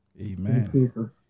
Amen